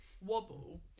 wobble